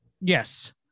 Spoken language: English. Yes